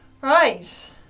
Right